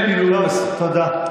תודה.